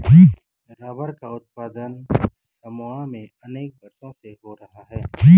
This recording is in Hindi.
रबर का उत्पादन समोआ में अनेक वर्षों से हो रहा है